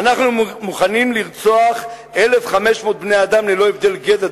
"אנחנו מוכנים לרצוח 1,500 בני-אדם ללא הבדל גזע,